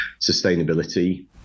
sustainability